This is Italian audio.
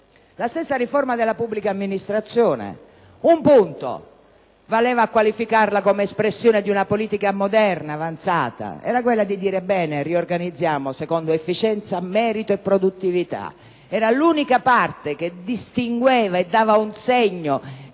alla stessa riforma della pubblica amministrazione, un punto valeva a qualificarla come espressione di una politica moderna e avanzata, ed era quello di riorganizzare secondo efficienza, merito e produttività. Era l'unica parte che distingueva e dava un segno